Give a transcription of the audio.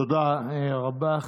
תודה רבה.